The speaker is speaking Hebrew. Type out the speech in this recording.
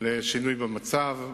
לשינוי במצב.